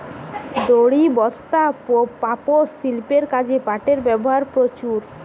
দড়ি, বস্তা, পাপোষ, শিল্পের কাজে পাটের ব্যবহার প্রচুর